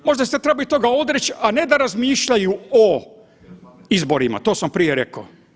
Možda se treba toga odreć, a ne da razmišljaju o izborima, to sam prije rekao.